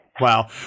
Wow